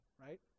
right